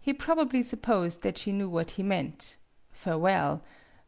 he probably supposed that she knew what he meant farewell